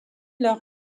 leurs